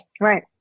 right